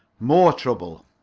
more trouble.